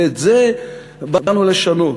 ואת זה באנו לשנות.